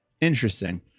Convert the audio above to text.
interesting